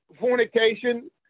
fornication